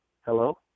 Hello